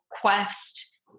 quest